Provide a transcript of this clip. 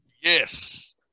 Yes